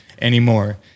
anymore